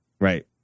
Right